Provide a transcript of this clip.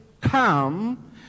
come